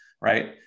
Right